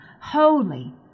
holy